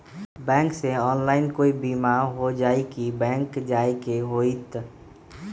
Bank से online कोई बिमा हो जाई कि बैंक जाए के होई त?